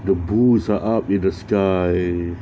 the bulls are up in the sky